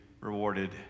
rewarded